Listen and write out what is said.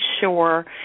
sure